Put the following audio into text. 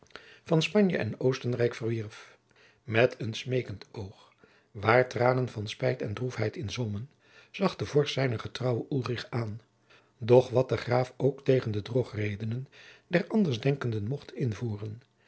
van spanje en oostenrijk verwierf met een smekend oog waar tranen van spijt en droefheid in zwommen zag de vorst zijnen getrouwen ulrich aan doch wat de graaf ook tegen de drogredenen der andersdenkenden mocht invoeren